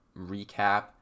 recap